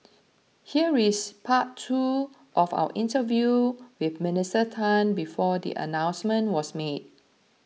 here is part two of our interview with Minister Tan before the announcement was made